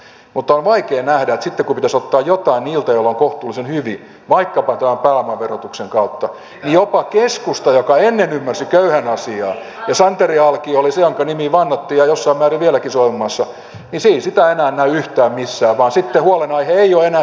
mutta on vaikeaa nähdä että sitten kun pitäisi ottaa jotain niiltä joilla on kohtuullisen hyvin vaikkapa tämän pääomaverotuksen kautta niin jopa keskustassa joka ennen ymmärsi köyhän asiaa ja jossa santeri alkio oli se jonka nimiin vannottiin ja jossain määrin vieläkin suomenmaassa ei sitä enää näy yhtään missään vaan sitten huolenaihe ei ole enää pienituloinen eläkeläinen